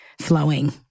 flowing